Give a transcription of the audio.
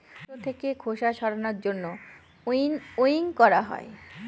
শস্য থাকে খোসা ছাড়ানোর জন্য উইনউইং করা হয়